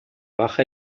baja